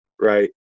right